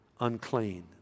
unclean